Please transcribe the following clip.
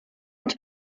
want